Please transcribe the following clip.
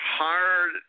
hard